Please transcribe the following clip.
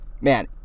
man